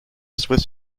swiss